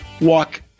walk